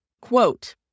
quote